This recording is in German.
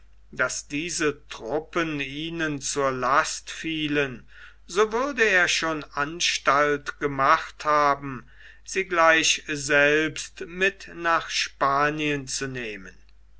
daß diese truppen ihnen zur last fielen so würde er schon anstalt gemacht haben sie gleich selbst mit nach spanien zu nehmen